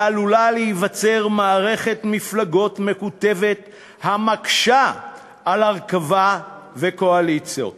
ועלולה להיווצר מערכת מפלגות מקוטבת המקשה על הרכבת קואליציות.